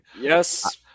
Yes